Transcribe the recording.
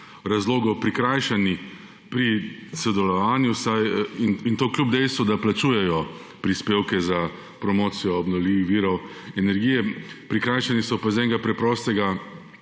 razlogov prikrajšani pri sodelovanju, in to kljub dejstvu, da plačujejo prispevke za promocijo obnovljivih virov energije. Prikrajšani so pa iz enega preprostega